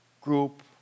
group